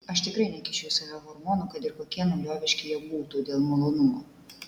aš tikrai nekišiu į save hormonų kad ir kokie naujoviški jie būtų dėl malonumo